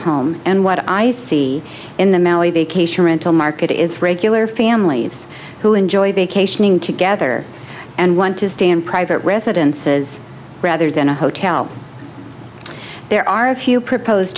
home and what i see in the vacation rental market is regular families who enjoy vacationing together and want to stand private residences rather than a hotel there are a few proposed